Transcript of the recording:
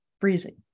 freezing